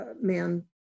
man